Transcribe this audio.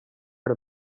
per